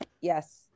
yes